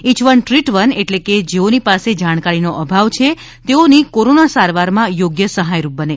ઇય one treat one એટલે કે જેઓની પાસે જાણકારીનો અભાવ છે તેઓની કોરોના સારવારમાં યોગ્ય સહાયરૂપ બને